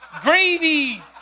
gravy